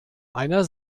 einer